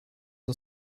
are